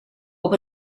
het